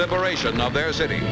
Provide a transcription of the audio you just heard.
liberation of their city